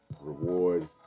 reward